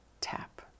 TAP